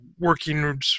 working